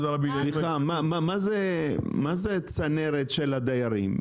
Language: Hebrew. מה זה צנרת של הדיירים?